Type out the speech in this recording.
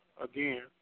again